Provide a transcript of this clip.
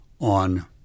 on